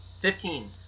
Fifteen